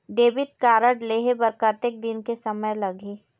Debit card लेहे बर कतेक दिन के समय लगही?